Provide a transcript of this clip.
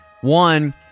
one